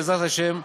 בעזרת השם,